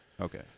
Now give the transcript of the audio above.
Okay